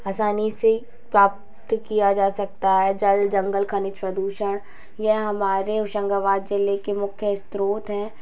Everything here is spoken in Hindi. आसानी से प्राप्त किया जा सकता है जल जंगल का प्रदूषण यह हमारे हौशंगाबाद ज़िले के मुख्य स्रोत हैं